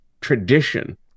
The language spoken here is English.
tradition